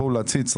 אחד.